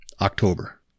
October